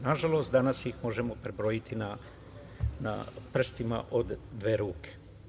Nažalost, danas ih možemo prebrojiti na prstima od dve ruke.